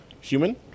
human